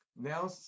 Now